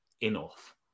enough